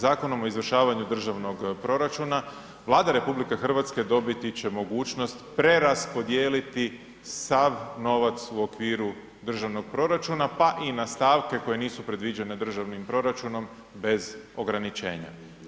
Zakonom o izvršavanju državnog proračuna Vlada RH dobiti će mogućnost preraspodijeli sav novac u okviru državnog proračuna, pa i na stavke koje nisu predviđene državnim proračunom bez ograničenja.